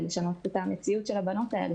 ואת המציאות של הבנות האלה,